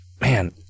Man